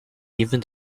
even